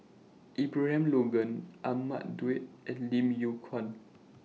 Abraham Logan Ahmad Daud and Lim Yew Kuan